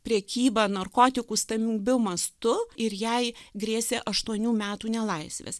prekybą narkotikų stambiu mastu ir jai grėsė aštuonių metų nelaisvės